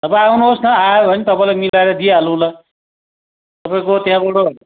तपाईँ आउनुहोस् न आयो भने तपाईँलाई मिलाएर दिइहालौँ ला तपाईँको त्यहाँबाट